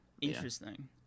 interesting